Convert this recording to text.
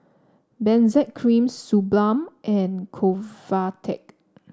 Benzac Cream Suu Balm and Convatec